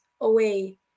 away